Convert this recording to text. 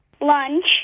Lunch